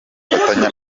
bifatanya